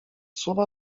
słowa